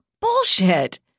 Bullshit